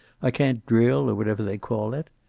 i can't drill, or whatever they call it.